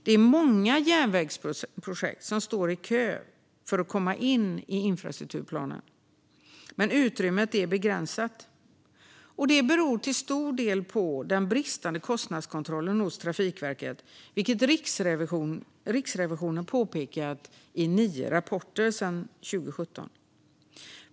Det är många järnvägsprojekt som står i kö för att komma in i infrastrukturplanen. Men utrymmet är begränsat. Och det beror till stor del på den bristande kostnadskontrollen hos Trafikverket, vilket Riksrevisionen har påpekat i nio rapporter sedan 2017.